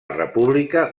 república